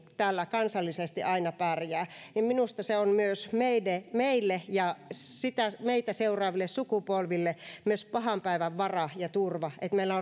täällä kansallisesti aina pärjää minusta se on meille meille ja meitä seuraaville sukupolville pahan päivän vara ja turva että meillä